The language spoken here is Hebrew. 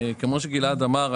כמו שגלעד אמר,